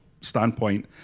standpoint